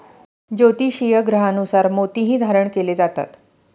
ज्योतिषीय ग्रहांनुसार मोतीही धारण केले जातात